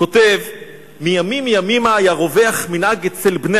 כותב: "מימים ימימה היה רווח מנהג אצל בני